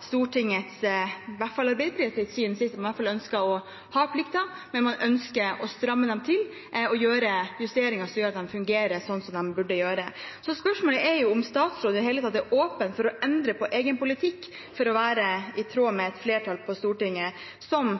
Stortingets, i hvert fall Arbeiderpartiets, syn, at man ønsker å ha plikter, men at man ønsker å stramme dem til og gjøre justeringer som gjør at de fungerer slik de burde gjøre. Spørsmålet er om statsråden i det hele tatt er åpen for å endre på egen politikk for å være i tråd med et flertall på Stortinget, noe